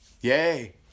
Yay